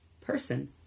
person